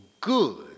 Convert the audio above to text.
good